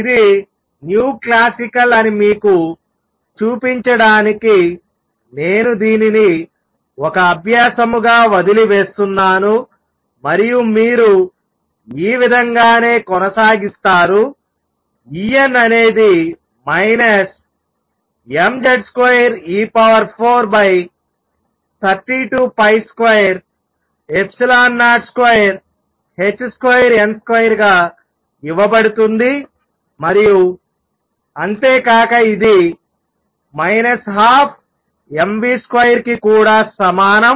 ఇది classical అని మీకు చూపించడానికి నేను దీనిని ఒక అభ్యాసము గా వదిలివేస్తున్నాను మరియు మీరు ఈ విధంగానే కొనసాగిస్తారు En అనేది mZ2e432202h2n2 గా ఇవ్వబడుతుంది మరియు అంతేకాక ఇది 12mv2కి కూడా సమానం